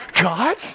God